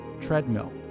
treadmill